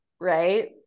right